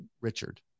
Richard